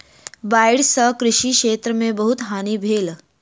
बाइढ़ सॅ कृषि क्षेत्र में बहुत हानि भेल